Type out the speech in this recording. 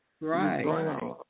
Right